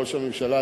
ראש הממשלה,